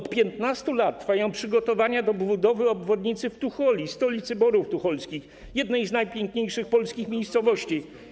Od 15 lat trwają przygotowania do budowy obwodnicy w Tucholi, stolicy Borów Tucholskich, jednej z najpiękniejszych polskich miejscowości.